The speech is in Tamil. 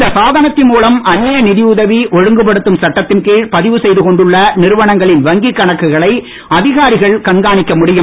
இந்த சாதனத்தின் மூலம் அந்திய நிதி டதவி ஒழுங்குப்படுத்தும் சட்டத்தின்கீழ் பதிவு செய்து கொண்டுள்ள நிறுவனங்களின் வங்கி கணக்குகளை அதிகாரிகள் கண்காணிக்க முடியும்